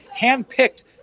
handpicked